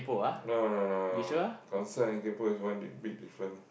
no no no concern and kaypoh is one di~ big different